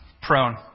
prone